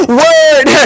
word